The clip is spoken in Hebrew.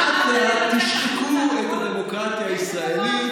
אז החלטתם שאתם לאט-לאט תשחקו את הדמוקרטיה הישראלית,